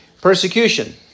Persecution